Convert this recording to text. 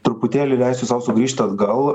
truputėlį leisiu sau sugrįžt atgal